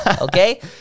okay